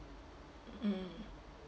mm